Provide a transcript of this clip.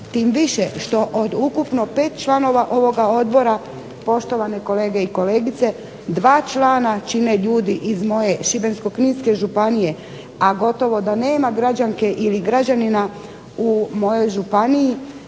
tim više što od ukupno 5 članova ovoga odbora, poštovane kolege i kolegice, 2 člana čine ljudi iz moje Šibensko-kninske županije, a gotovo da nama građanke ili građanina u mojoj županiji,